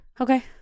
Okay